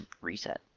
reset